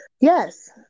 Yes